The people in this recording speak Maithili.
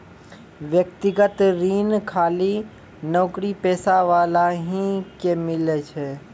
व्यक्तिगत ऋण खाली नौकरीपेशा वाला ही के मिलै छै?